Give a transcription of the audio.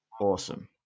Awesome